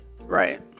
Right